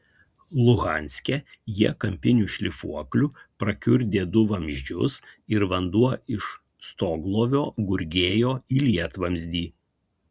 luhanske jie kampiniu šlifuokliu prakiurdė du vamzdžius ir vanduo iš stoglovio gurgėjo į lietvamzdį